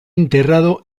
enterrado